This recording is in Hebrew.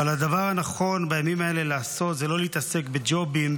אבל הדבר הנכון בימים האלה לעשות זה לא להתעסק בג'ובים,